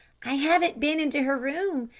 i haven't been into her room.